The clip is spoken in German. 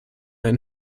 ein